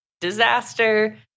disaster